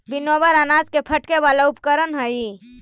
winnower अनाज के फटके वाला उपकरण हई